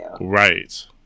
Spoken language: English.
Right